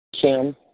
Kim